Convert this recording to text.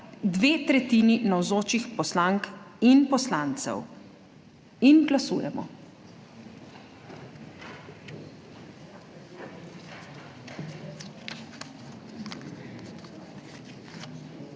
dve tretjini navzočih poslank in poslancev. Glasujemo.